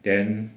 then